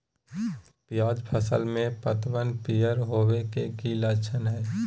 प्याज फसल में पतबन पियर होवे के की लक्षण हय?